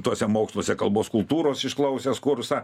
tuose moksluose kalbos kultūros išklausęs kursą